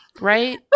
right